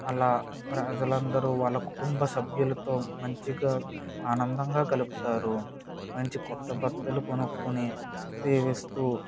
అలా ప్రజలందరూ వాళ్ళ కుటుంబ సభ్యులతో మంచిగా ఆనందంగా గడుపుతారు మంచి కొత్త బట్టలు కొనుక్కుని సేవిస్తూ